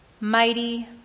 mighty